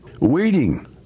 waiting